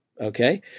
okay